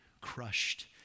crushed